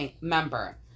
member